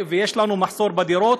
ויש לנו מחסור בדירות,